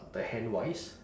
the hand wise